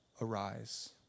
arise